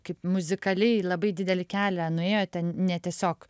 kaip muzikaliai labai didelį kelią nuėjote ne tiesiog